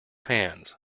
hands